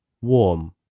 Warm